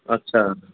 अच्छा